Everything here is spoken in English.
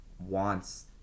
wants